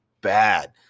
bad